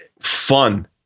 fun